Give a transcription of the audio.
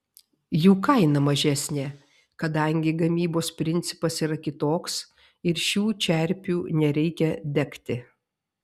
jų kaina mažesnė kadangi gamybos principas yra kitoks ir šių čerpių nereikia degti